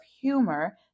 humor